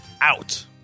out